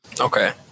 okay